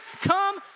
come